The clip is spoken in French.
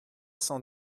cent